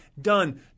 done